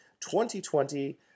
2020